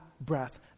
breath